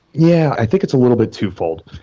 yeah, i think it's a little bit twofold.